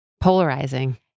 polarizing